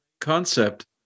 concept